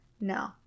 No